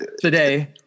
today